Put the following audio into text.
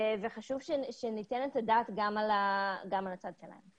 בתהליכים האלה וחשוב שניתן את הדעת גם על הצד שלהם.